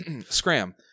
scram